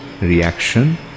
reaction